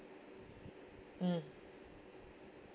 mm